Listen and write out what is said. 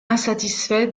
insatisfait